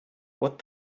what